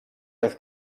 das